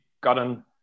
gotten